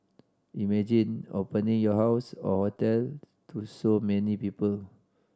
imagine opening your house or hotel to so many people